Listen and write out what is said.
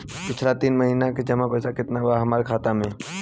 पिछला तीन महीना के जमा पैसा केतना बा हमरा खाता मे?